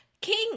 king